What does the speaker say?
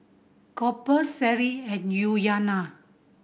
Cooper Sheri and Yuliana